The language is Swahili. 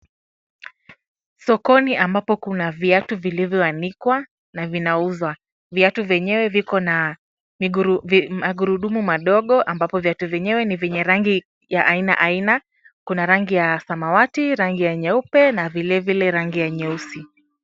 Sokoni ambapo kuna viatu vilivyoanikwa na vinauzwa. Viatu vyenyewe viko na ni magurudumu madogo ambapo viatu vyenyewe ni vyenye rangi ya aina aina. Kuna rangi ya samawati, rangi ya nyeupe na vile vile rangi ya nyeusi.